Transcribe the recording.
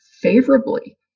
favorably